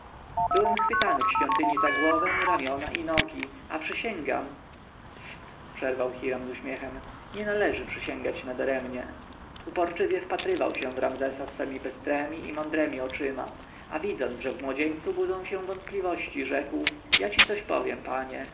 byłem chwytany w świątyni za głowę ramiona i nogi a przysięgam psyt przerwał hiram z uśmiechem nie należy przysięgać nadaremnie uporczywie wpatrywał się w ramzesa swemi bystremi i mądremi oczyma a widząc że w młodzieńcu budzą się wątpliwości rzekł ja ci coś powiem panie